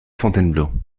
fontainebleau